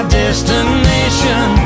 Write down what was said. destination